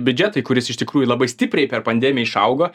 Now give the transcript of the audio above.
biudžetui kuris iš tikrųjų labai stipriai per pandemiją išaugo